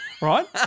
Right